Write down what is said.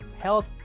health